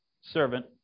servant